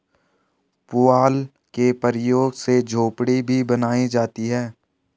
पुआल के प्रयोग से झोपड़ी भी बनाई जाती है